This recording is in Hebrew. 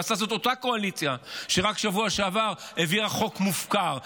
עשתה זאת אותה קואליציה שרק בשבוע שעבר הביאה חוק מופקר.